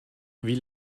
wie